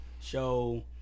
show